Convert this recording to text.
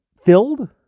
filled